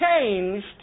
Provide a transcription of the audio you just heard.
changed